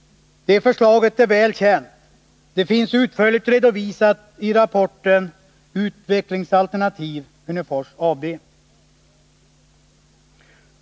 Det förslaget är väl känt. Det finns utförligt redovisat i rapporten Utvecklingsalternativ— Hörnefors AB.